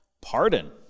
Pardon